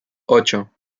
ocho